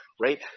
right